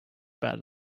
bad